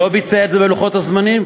לא ביצע את זה בלוחות הזמנים,